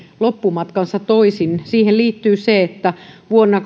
loppumatkansa toisin niin siihen liittyy se että vuonna